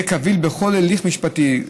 יהיה קביל בכל הליך משפטי.